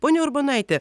ponia urbonaite